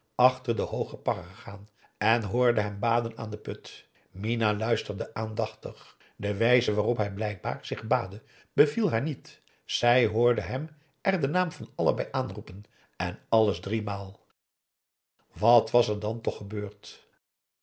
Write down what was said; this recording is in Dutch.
achter den hoogen pagger gaan en hoorden hem baden aan den put minah luisterde aandachtig de wijze waarop hij blijkbaar zich baadde beviel haar niet zij hoorde hem er den naam van allah bij aanroepen en alles driemaal wat was er dan toch gebeurd